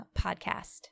podcast